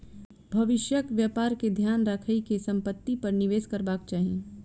भविष्यक व्यापार के ध्यान राइख के संपत्ति पर निवेश करबाक चाही